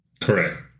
Correct